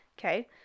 Okay